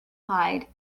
hide